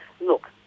Look